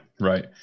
right